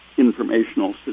Informational